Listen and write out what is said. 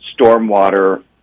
stormwater